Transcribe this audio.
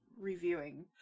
reviewing